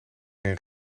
geen